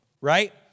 right